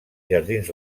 jardins